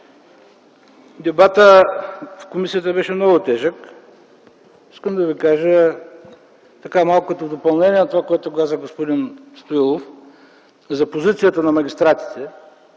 дебатът в комисията беше много тежък. Искам да ви кажа като допълнение на това, което каза господин Стоилов за позицията на магистратите,